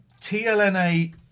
TLNA